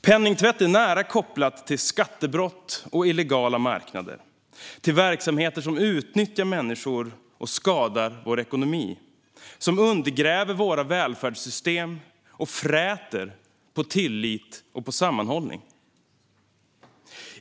Penningtvätt är nära kopplat till skattebrott och illegala marknader, till verksamheter som utnyttjar människor och skadar vår ekonomi och som undergräver våra välfärdssystem och fräter på tillit och sammanhållning.